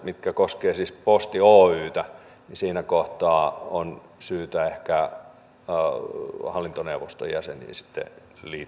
mitkä koskevat siis posti oytä siinä kohtaa on syytä ehkä hallintoneuvoston jäseniin sitten